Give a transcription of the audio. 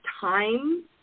time